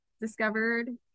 discovered